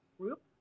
group